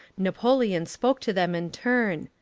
napo leon spoke to them in turn.